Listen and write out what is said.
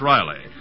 Riley